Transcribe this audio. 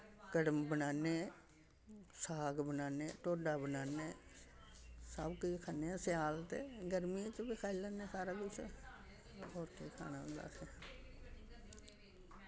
कड़म बनान्ने साग बनान्ने ढोडा बनान्ने सब्भ किश खन्ने स्याल ते गर्मियें च बी खाई लैन्ने सारा कुछ होर केह् खाना होंदा असें